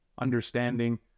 understanding